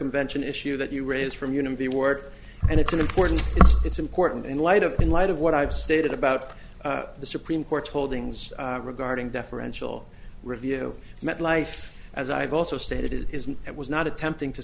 mvention issue that you raise from you know the word and it's an important it's important in light of in light of what i've stated about the supreme court's holdings regarding deferential review metlife as i've also stated it isn't and was not attempting to